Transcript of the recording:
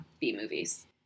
B-movies